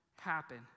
happen